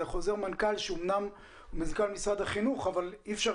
זה חוזר מנכ"ל משרד החינוך אבל אי אפשר